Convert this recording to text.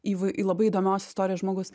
įvai labai įdomios istorijos žmogus